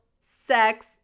sex